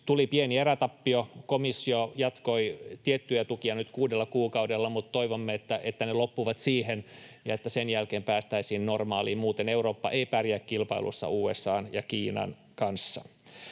tuli pieni erätappio, kun komissio jatkoi tiettyjä tukia kuudella kuukaudella, mutta toivomme, että ne loppuvat siihen ja että sen jälkeen päästäisiin normaaliin. Muuten Eurooppa ei pärjää kilpailussa USA:n ja Kiinan kanssa.